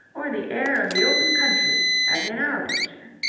or the air of the open country, as in our picture.